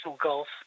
golf